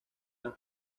las